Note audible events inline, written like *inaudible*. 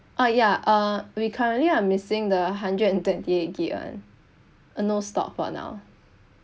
orh ya uh we currently are missing the hundred and twenty *laughs* eight gig [one] uh no stock for now ah